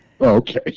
Okay